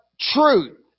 Truth